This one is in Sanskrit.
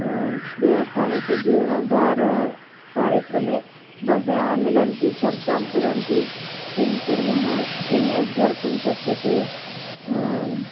देवस्थानस्य जीर्णोद्धारण कार्यक्रमे बह्व्याः मिलन्ति चर्चां कुर्वन्ति किं कुर्मः किम् उद्धर्तुं शक्यते